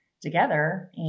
together